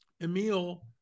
Emil